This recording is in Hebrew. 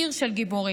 עיר של גיבורים,